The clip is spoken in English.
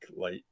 light